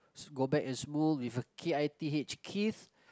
go back and smooth with a K I T H kith